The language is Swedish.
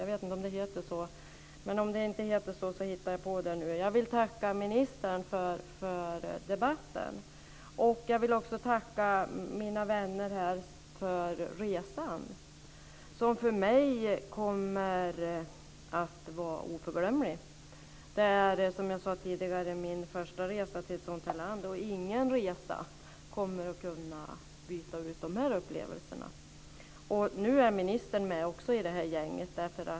Jag vet inte om det heter så, men om det inte heter så hittar jag på det nu. Jag vill också tacka ministern för debatten. Jag vill också tacka mina vänner här för resan. Den kommer för mig att vara oförglömlig. Som jag sade tidigare är det min första resa till ett sådant land. Ingen resa kommer att kunna byta ut de upplevelserna. Nu är ministern också med i det här gänget.